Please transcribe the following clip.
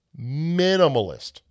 minimalist